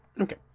Okay